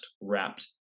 wrapped